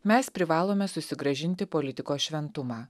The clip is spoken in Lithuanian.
mes privalome susigrąžinti politiko šventumą